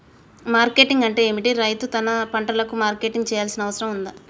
Marketing అంటే ఏమిటి? రైతు తన పంటలకు మార్కెటింగ్ చేయాల్సిన అవసరం ఉందా?